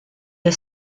est